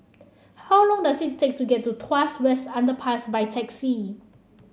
how long does it take to get to Tuas West Underpass by taxi